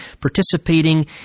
participating